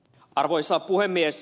arvoisa puhemies